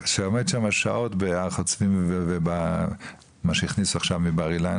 שעומד שמה שעות בהר חוצבים ובמה שהכניסו עכשיו בבר אילן,